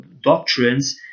doctrines